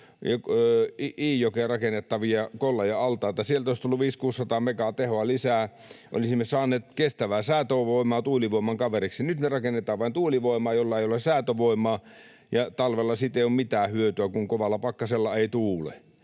Iijokeen rakennettavaa Kollajan allasta? Sieltä olisi tullut 500—600 megaa tehoa lisää. Olisimme saaneet kestävää säätövoimaa tuulivoiman kaveriksi. Nyt rakennetaan vain tuulivoimaa, jolla ei ole säätövoimaa, ja talvella siitä ei ole mitään hyötyä, kun kovalla pakkasella ei tuule.